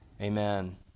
Amen